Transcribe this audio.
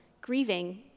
grieving